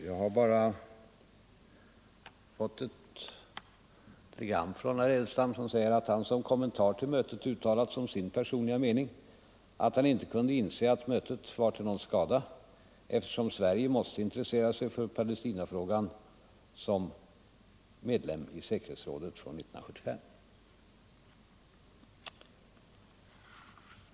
Jag har bara fått ett telegram från herr Edelstam, som säger att han som kommentar till mötet uttalät som sin personliga mening att han inte kunde finna att mötet var till någon skada, eftersom Sverige måste intressera sig för Palestinafrågan som medlem i säkerhetsrådet från 1975.